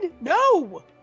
No